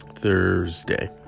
Thursday